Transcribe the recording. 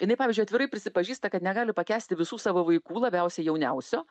jinai pavyzdžiui atvirai prisipažįsta kad negali pakęsti visų savo vaikų labiausiai jauniausio